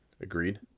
Agreed